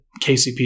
KCP